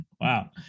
Wow